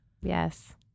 Yes